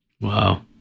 Wow